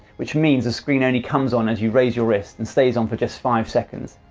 which means the screen only comes on as you raise your wrist and stays on for just five seconds.